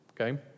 okay